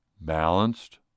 balanced